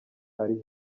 ari